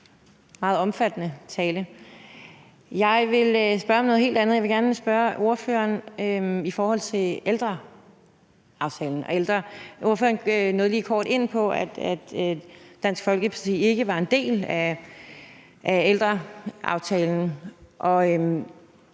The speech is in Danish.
Jeg vil gerne spørge ordføreren til ældreaftalen. Ordføreren nåede lige kort ind på, at Dansk Folkeparti ikke var en del af ældreaftalen.